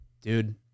Dude